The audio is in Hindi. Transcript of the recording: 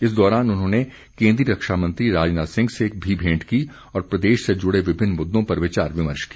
इस दौरान उन्होंने केन्द्रीय रक्षा मंत्री राजनाथ सिंह से भी भेंट की और प्रदेश से जुड़े विभिन्न मुद्दों पर विचार विमर्श किया